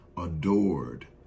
adored